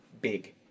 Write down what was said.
big